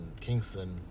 Kingston